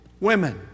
women